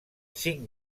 cinc